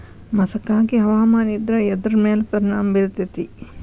ಮಸಕಾಗಿ ಹವಾಮಾನ ಇದ್ರ ಎದ್ರ ಮೇಲೆ ಪರಿಣಾಮ ಬಿರತೇತಿ?